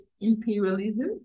imperialism